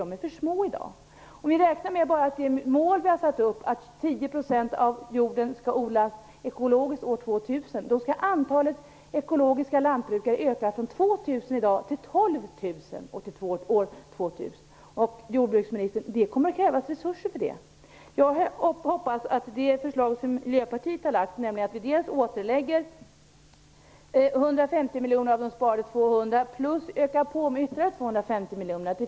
De är för små i dag. Om vi räknar med det mål vi har satt upp, att 10 % av jorden skall odlas ekologiskt år 2000, skall antalet ekologiska lantbrukare öka från 2 000 i dag till 12 000 år 2000. Det kommer att krävas resurser för det, jordbruksministern. Jag hoppas att det finns en förståelse för det förslag som miljöpartiet har lagt fram. Det innebär att vi lägger tillbaka 150 miljoner av de sparade 200 och dessutom ökar på med ytterligare 250 miljoner.